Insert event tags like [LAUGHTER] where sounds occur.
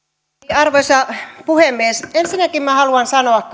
arvoisa puhemies ensinnäkin minä haluan kyllä sanoa [UNINTELLIGIBLE]